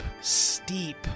steep